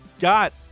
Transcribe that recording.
got